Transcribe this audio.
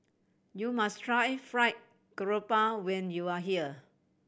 you must try Fried Garoupa when you are here